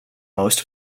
most